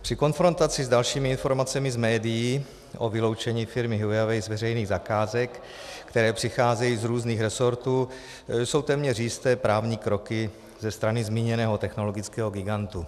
Při konfrontaci s dalšími informacemi z médií o vyloučení firmy Huawei z veřejných zakázek, které přicházejí z různých rezortů, jsou téměř jisté právní kroky ze strany zmíněného technologického gigantu.